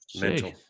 mental